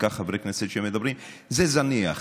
חברי כנסת שאומרים: זה זניח.